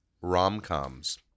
rom-coms